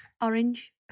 Orange